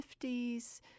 50s